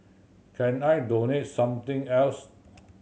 can I donate something else